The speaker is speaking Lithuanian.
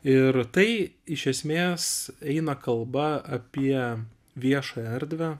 ir tai iš esmės eina kalba apie viešąją erdvę